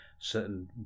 certain